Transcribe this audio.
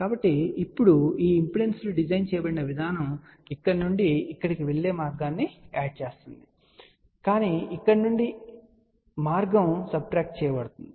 కాబట్టి ఇప్పుడు ఈ ఇంపెడెన్స్లు డిజైన్ చేయబడిన విధానం ఇక్కడ నుండి ఇక్కడికి వెళ్లే మార్గాన్ని యాడ్ చేస్తుంది కానీ ఇక్కడ నుండి మార్గం సబ్ ట్రాక్ట్ చేయబడుతుంది